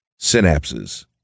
Synapses